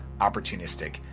opportunistic